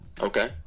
Okay